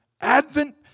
Advent